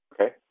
okay